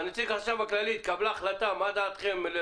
נציג החשב הכללי, התקבלה החלטה, מה דעתכם?